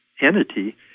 entity